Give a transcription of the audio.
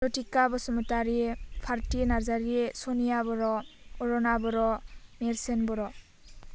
Jathikha Basumatary Bharathi Narzary Sonia Boro Aruna Boro Nerson Bodo